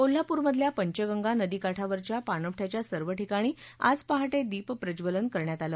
कोल्हापुरमधल्या पंचगंगा नदीकाठावरच्या पाणवठयाच्या सर्व ठिकाणी आज पहाटे दीपप्रज्वलन करण्यात आलं